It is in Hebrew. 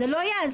זה לא יעזור.